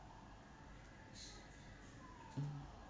mm